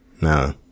no